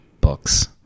Books